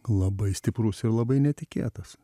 labai stiprus ir labai netikėtas